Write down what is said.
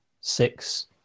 six